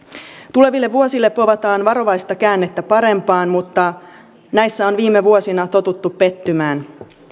tuleville vuosille povataan varovaista käännettä parempaan mutta näissä on viime vuosina totuttu pettymään